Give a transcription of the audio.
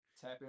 Tap